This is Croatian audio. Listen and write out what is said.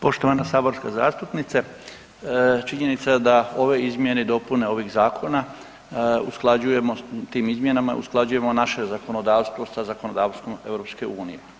Poštovana saborska zastupnice, činjenica da ove izmjene i dopune ovih zakona usklađujemo, s tim izmjenama usklađujemo naše zakonodavstvo sa zakonodavstvom EU.